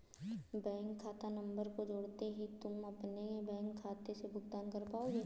bank खाता नंबर को जोड़ते ही तुम अपने बैंक खाते से भुगतान कर पाओगे